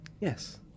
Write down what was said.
Yes